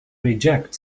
reject